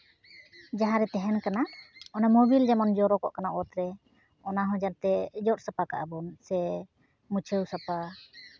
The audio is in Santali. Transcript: ᱡᱟᱦᱟᱸᱨᱮ ᱛᱟᱦᱮᱱ ᱠᱟᱱᱟ ᱚᱱᱟ ᱢᱳᱵᱤᱞ ᱡᱮᱢᱚᱱ ᱡᱚᱨᱚ ᱠᱚᱜ ᱠᱟᱱᱟ ᱚᱛᱨᱮ ᱚᱱᱟ ᱦᱚᱸ ᱡᱟᱛᱮ ᱡᱚᱫ ᱥᱟᱯᱷᱟ ᱠᱟᱜᱼᱟ ᱵᱚᱱ ᱥᱮ ᱢᱩᱪᱷᱟᱹᱣ ᱥᱟᱯᱷᱟ